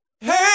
Hey